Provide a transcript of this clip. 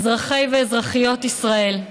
אזרחי ואזרחיות ישראל,